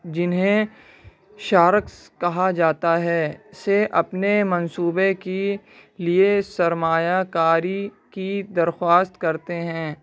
جنہیں شارکس کہا جاتا ہے سے اپنے منصوبے کی لیے سرمایہ کاری کی درخواست کرتے ہیں